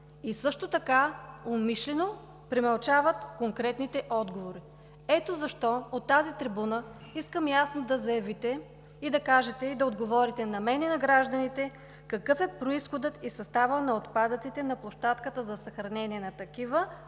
и също така умишлено премълчават конкретните отговори. Ето защо, от тази трибуна искам ясно да заявите и да отговорите на мен и на гражданите какъв е произходът и съставът на отпадъците на площадката за съхранение на такива